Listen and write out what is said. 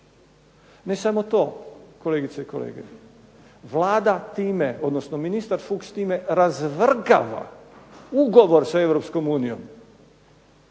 Ne samo to, kolegice i kolege, Vlada time odnosno ministar Fuchs time razvrgava ugovor sa Europskom unijom